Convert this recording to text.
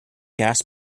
gas